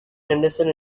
henderson